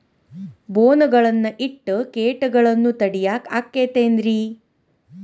ಬೋನ್ ಗಳನ್ನ ಇಟ್ಟ ಕೇಟಗಳನ್ನು ತಡಿಯಾಕ್ ಆಕ್ಕೇತೇನ್ರಿ?